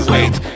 Wait